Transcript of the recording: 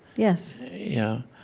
yes yeah.